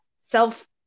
self